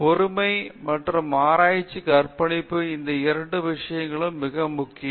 பொறுமை மற்றும் ஆராய்ச்சிக்கு அர்ப்பணிப்பு இந்த இரண்டு விஷயங்கள் மிக முக்கியம்